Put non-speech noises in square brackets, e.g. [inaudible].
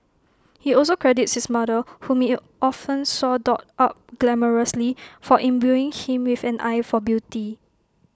he also credits his mother whom [unintelligible] often saw dolled up glamorously for imbuing him with an eye for beauty